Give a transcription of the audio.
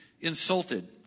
insulted